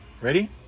Ready